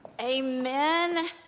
Amen